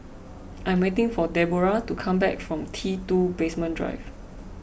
I am waiting for Deborah to come back from T two Basement Drive